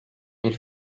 bir